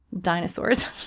dinosaurs